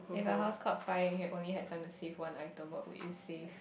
if your house caught fire and you had only had time to save one item what would you save